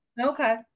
Okay